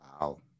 Wow